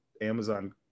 Amazon